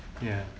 ya